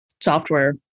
software